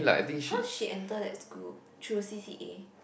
how she enter that school through C_C_A